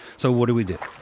so what do we do?